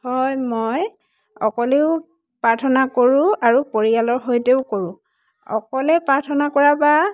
হয় মই অকলেও প্ৰাৰ্থনা কৰোঁ আৰু পৰিয়ালৰ সৈতেও কৰোঁ অকলে প্ৰাৰ্থনা কৰা বা